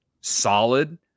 solid